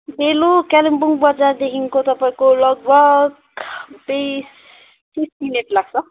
डेलो कालिम्पोङ बजारदेखिन्को तपाईँको लगभग बिस तिस मिनेट लाग्छ